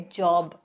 job